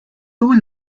too